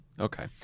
Okay